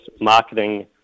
marketing